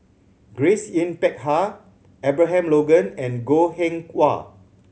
Grace Yin Peck Ha Abraham Logan and Goh Eng Wah